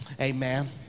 Amen